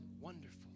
Wonderful